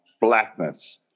blackness